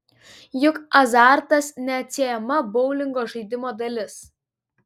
juk azartas neatsiejama boulingo žaidimo dalis